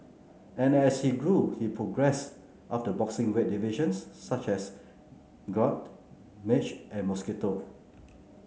and as he grew he progressed up the boxing weight divisions such as gnat midge and mosquito